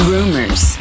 Rumors